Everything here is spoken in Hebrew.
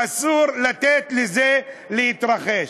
אסור לתת לזה להתרחש.